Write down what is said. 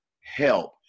help